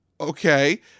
Okay